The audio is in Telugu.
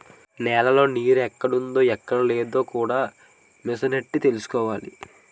నేలలో నీరెక్కడుందో ఎక్కడలేదో కూడా మిసనెట్టి తెలుసుకోవచ్చు